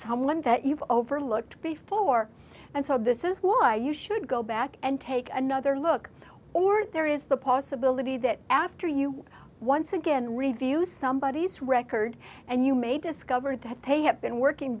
someone that you've overlooked before and so this is why you should go back and take another look or there is the possibility that after you once again review somebodies record and you may discover that they have been working